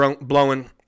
blowing